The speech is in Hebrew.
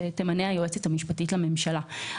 שתמנה היועצת המשפטית לממשלה.